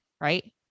right